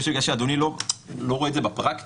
אז זה כבר משנה קצת את שיעור האחוזים שאדוני היושב ראש ציין.